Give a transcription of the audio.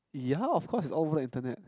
yeah of course it's all over internet